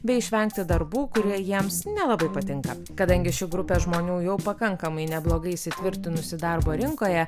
bei išvengti darbų kurie jiems nelabai patinka kadangi ši grupė žmonių jau pakankamai neblogai įsitvirtinusi darbo rinkoje